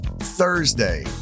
Thursday